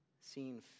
seen